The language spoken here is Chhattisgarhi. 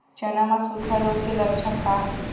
चना म सुखा रोग के लक्षण का हे?